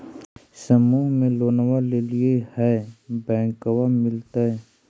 समुह मे लोनवा लेलिऐ है बैंकवा मिलतै?